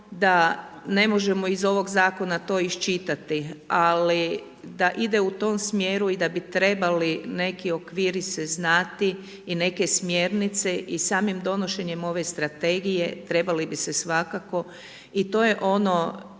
da ne možemo iz tog zakona to iščitati ali da ide u tom smjeru i da bi trebali neki okviri se znati i neke smjernice i samim donošenjem ove Strategije trebali bi se svakako i to je ono